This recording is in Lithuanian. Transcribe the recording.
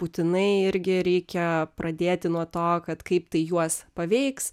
būtinai irgi reikia pradėti nuo to kad kaip tai juos paveiks